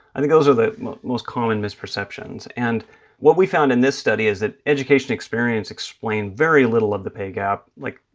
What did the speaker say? i think those are the most common misperceptions. and what we found in this study is that education experience explained very little of the pay gap like,